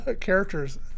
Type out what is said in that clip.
characters